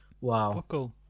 Wow